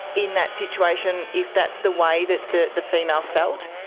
in that situation, if that's the way that the the female felt,